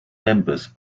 members